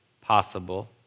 possible